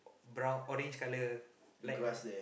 brown orange colour black